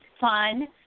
fun